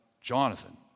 Jonathan